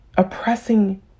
Oppressing